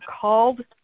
called